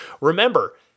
remember